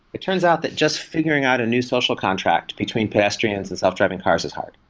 it turns out that just figuring out a new social contract between pedestrians and self-driving cars is hard.